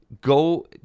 go